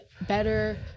better